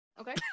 okay